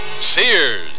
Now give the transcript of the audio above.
Sears